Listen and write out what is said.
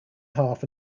half